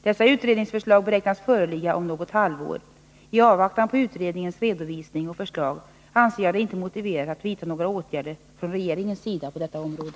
Dessa utredningsförslag beräknas föreligga om något halvår. I avvaktan på utredningens redovisning och förslag anser jag det inte motiverat att vidta några åtgärder från regeringens sida på detta område.